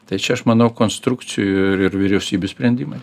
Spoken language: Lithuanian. tai čia aš manau konstrukcijų ir vyriausybių sprendimai